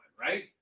Right